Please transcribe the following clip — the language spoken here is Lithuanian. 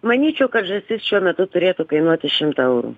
manyčiau kad žąsis šiuo metu turėtų kainuoti šimtą eurų